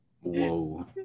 Whoa